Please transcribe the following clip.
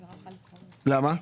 למה?